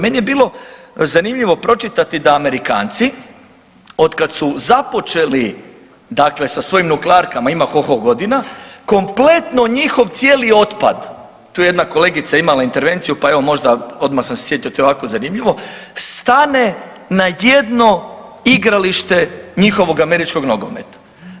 Meni je bilo zanimljivo pročitati da Amerikanci, otkad su započeli dakle sa svojim nuklearkama, ima ho ho godina, kompletno njihov cijeli otpad, tu je jedna kolegica imala intervenciju, pa evo možda, odmah sam se sjetio, to je ovako zanimljivo, stane na jedno igralište njihovog američkog nogometa.